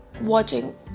watching